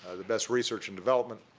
the best research and development,